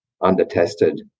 under-tested